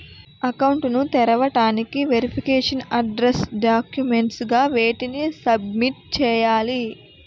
Account ను తెరవటానికి verification address documents గా వేటిని సబ్మిట్ చేయాలి?